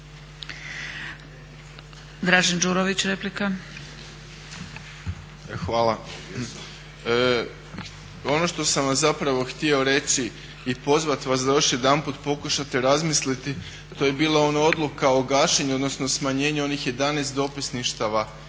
Dražen (HDSSB)** Hvala. Ono što sam vam zapravo htio reći i pozvati vas da još jedanput pokušate razmisliti a to je bila ona odluka o gašenju odnosno smanjenju onih 11 dopisništava